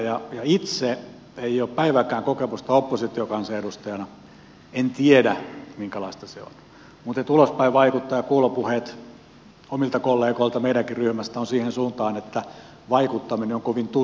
itselläni ei ole päivääkään kokemusta oppositiokansanedustajana en tiedä minkälaista se on mutta ulospäin vaikuttaa ja kuulopuheet omilta kollegoilta meidänkin ryhmästämme ovat siihen suuntaan että vaikuttaminen on kovin tuskaista